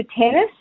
tennis